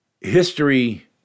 history